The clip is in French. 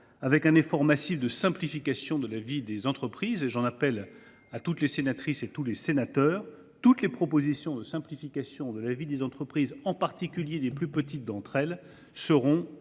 un effort massif afin de simplifier la vie des entreprises. J’en appelle à toutes les sénatrices et à tous les sénateurs : toutes les propositions de simplification de la vie des entreprises, en particulier des plus petites d’entre elles, seront les